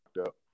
up